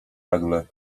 nagle